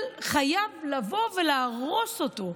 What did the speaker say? הוא חייב לבוא ולהרוס אותו,